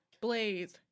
blaze